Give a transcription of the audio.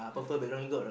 yeah